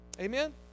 amen